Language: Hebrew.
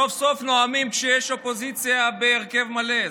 סוף-סוף נואמים כשיש אופוזיציה בהרכב מלא.